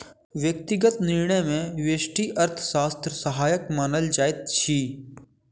व्यक्तिगत निर्णय मे व्यष्टि अर्थशास्त्र सहायक मानल जाइत अछि